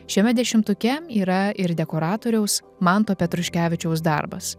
šiame dešimtuke yra ir dekoratoriaus manto petruškevičiaus darbas